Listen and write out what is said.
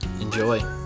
enjoy